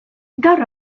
gaur